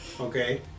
okay